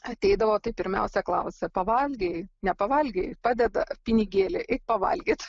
ateidavo tai pirmiausia klausia pavalgei nepavalgei padeda pinigėlį eik pavalgyt